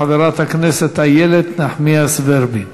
חברת הכנסת איילת נחמיאס ורבין.